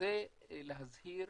זה להזהיר